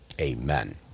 amen